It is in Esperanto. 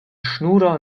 ŝnuro